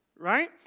Right